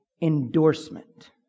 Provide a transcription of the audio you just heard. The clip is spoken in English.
endorsement